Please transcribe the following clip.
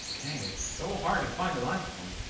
dang it's so hard to find the last one.